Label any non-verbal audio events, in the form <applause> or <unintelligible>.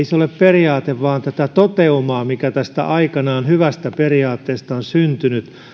<unintelligible> se ole periaate vaan tätä toteumaa mikä tästä aikanaan hyvästä periaatteesta on syntynyt